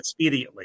expediently